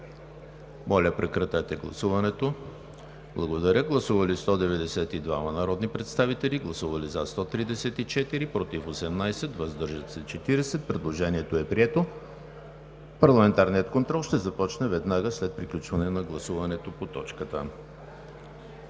процедурно предложение. Гласували 192 народни представители: за 134, против 18, въздържали се 40. Предложението е прието. Парламентарният контрол ще започне веднага след приключване на гласуването по точката.